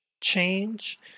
change